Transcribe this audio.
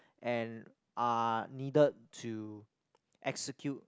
and are needed to execute